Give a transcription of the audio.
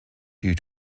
due